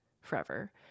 forever